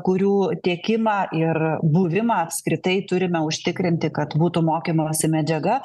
kurių tiekimą ir buvimą apskritai turime užtikrinti kad būtų mokymosi medžiaga